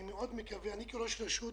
אני כראש הרשות